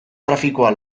trafikoa